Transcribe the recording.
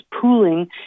pooling